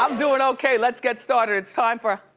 um doing okay. let's get started. it's time for.